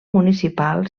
municipal